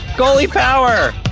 goalie power!